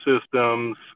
systems